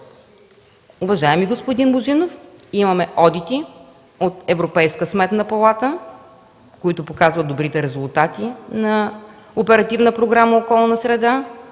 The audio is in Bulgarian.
Уважаеми господин Божинов, имаме одити от Европейската сметна палата, които показват добрите резултати на Оперативна програма „Околна среда”.